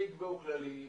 שיקבעו כללים,